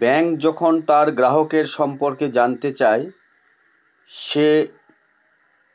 bank যখন তার গ্রাহকের সম্পর্কে জানতে চায়, সে